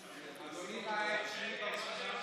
אדוני, אני הייתי רשום.